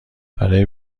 برای